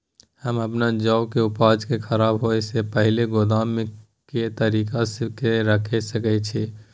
हम अपन जौ के उपज के खराब होय सो पहिले गोदाम में के तरीका से रैख सके छी?